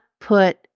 put